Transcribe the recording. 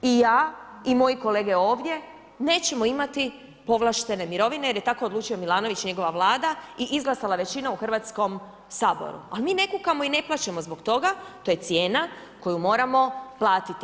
I ja i moji kolege ovdje nećemo imati povlaštene mirovine jer je tako odlučio Milanović i njegova vlada i izglasala većina u Hrvatskom saboru, ali mi ne kukamo i ne plačemo zbog toga, to je cijena koju moramo platiti.